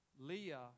Leah